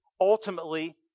ultimately